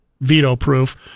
veto-proof